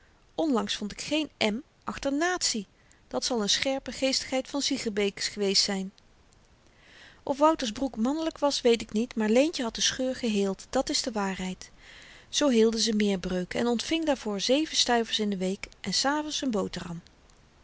onlangs vond ik géén m achter natie dat zal n scherpe geestigheid van siegenbeek geweest zyn of wouters's broek mannelyk was weet ik niet maar leentje had de scheur geheeld dat is de waarheid zoo heelde ze meer breuken en ontving daarvoor zeven stuivers in de week en s avends n boterham